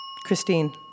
Christine